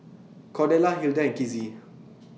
Cordella Hilda and Kizzy